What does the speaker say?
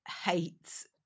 hates